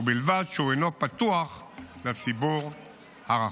ובלבד שהוא אינו פתוח לציבור הרחב.